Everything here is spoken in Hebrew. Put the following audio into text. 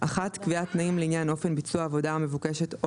(1) קביעת תנאים לעניין אופן ביצוע העבודה המבוקשת או